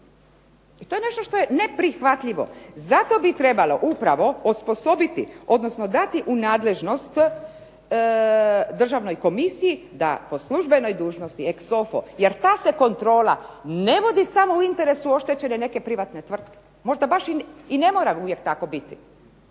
To je nešto što je neprihvatljivo. Zato bi trebalo upravo osposobiti, odnosno dati u nadležnost državnoj komisiji, da po službenoj dužnosti, … jer ta se kontrola ne vodi samo u interesu oštećene neke privatne tvrtke, možda baš i ne mora uvijek tako biti